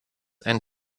and